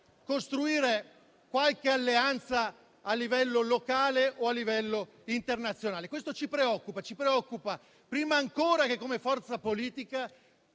costruire qualche alleanza a livello locale o a livello internazionale. Questo ci preoccupa e ci preoccupa non solo come forza politica.